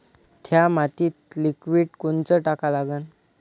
थ्या मातीत लिक्विड कोनचं टाका लागन?